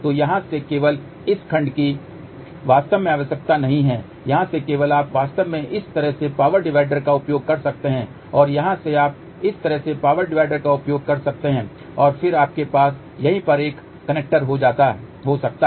तो यहां से केवल इस खंड की वास्तव में आवश्यकता नहीं है यहां से केवल आप वास्तव में इस तरह से पावर डिवाइडर का उपयोग कर सकते हैं और यहां से आप इस तरह से पावर डिवाइडर का उपयोग कर सकते हैं और फिर आपके पास यहीं पर एक कनेक्टर हो सकता है